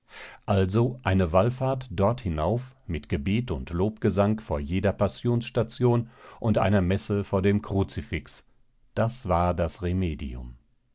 also eine wallfahrt dort hinauf mit gebet und lobgesang vor jeder passionsstation und einer messe vor dem kruzifix das war das remedium